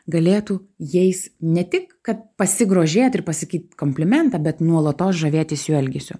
galėtų jais ne tik kad pasigrožėt ir pasakyt komplimentą bet nuolatos žavėtis jų elgesiu